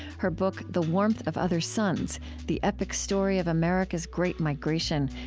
her book, the warmth of other suns the epic story of america's great migration,